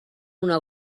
una